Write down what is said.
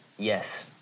Yes